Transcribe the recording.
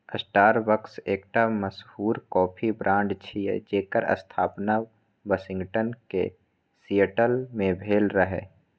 Starbucks एकटा मशहूर coffee brand छियै, जेकर स्थापना वाशिंगटन के सिएटल मे भेल रहै